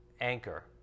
anchor